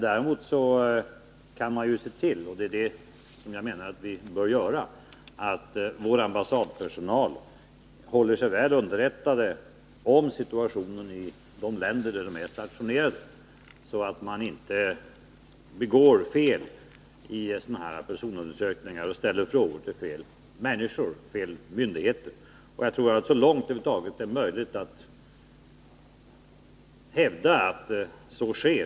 Däremot kan man ju se till — och det är det som jag menar att vi bör göra — att vår ambassadpersonal håller sig väl underrättad om situationen i de länder där man är stationerad, så att man inte begår fel vid sådana här personundersökningar och ställer frågor till fel människor och fel myndigheter.